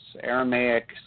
Aramaic